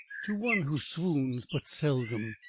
to one who swoons but seldom,